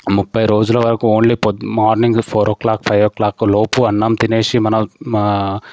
ముప్పై రోజుల వరకు ఓన్లీ పొద్దున morning four o'clock five o'clock లోపు అన్నం తినేసి మన